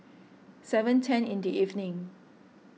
seven ten in the evening